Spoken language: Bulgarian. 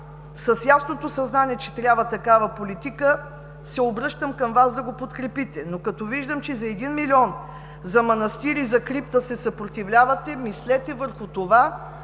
с ясното съзнание, че трябва такава политика, се обръщам към Вас да го подкрепите. Но като виждам, че за манастири, за крипта се съпротивлявате за 1 милион, мислете върху това.